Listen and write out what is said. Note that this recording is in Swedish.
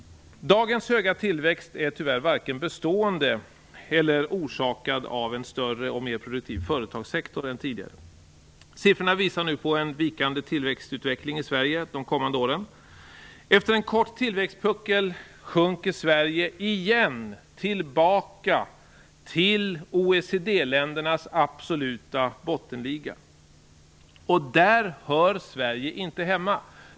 Dagens höga tillväxt är tyvärr varken bestående eller orsakad av en större och mer produktiv företagssektor än tidigare. Siffrorna visar nu på en vikande tillväxtutveckling i Sverige de kommande åren. Efter en kort tillväxtpuckel sjunker Sverige igen tillbaka till OECD-ländernas absoluta bottenliga. Där hör Sverige inte hemma.